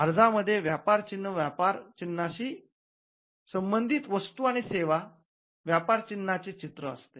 अर्जामध्ये व्यापार चिन्ह व्यापार चिन्हाशी संबंधित वस्तू आणि सेवा व्यापार चिन्हाचे चित्र असते